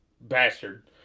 Bastard